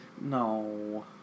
No